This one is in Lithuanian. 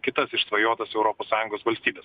kitas išsvajotas europos sąjungos valstybes